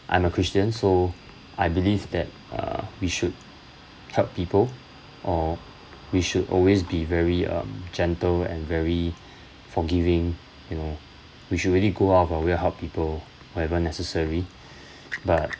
I'm a christian so I believe that uh we should help people or we should always be very um gentle and very forgiving you know we should really go out of our way help people wherever necessary but